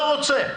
לא רוצה.